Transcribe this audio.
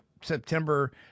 September